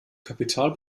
kapital